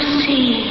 see